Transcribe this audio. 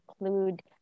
include